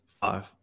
Five